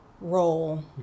role